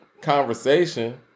conversation